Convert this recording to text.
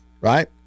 right